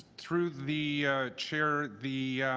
through the chair, the